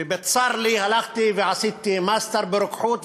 ובצר לי הלכתי ועשיתי מאסטר ברוקחות,